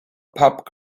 pub